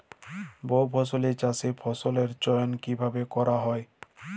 বহুফসলী চাষে ফসলের চয়ন কীভাবে করা হয়?